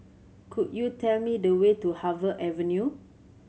could you tell me the way to Harvey Avenue